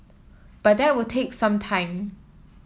but that will take some time